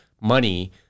money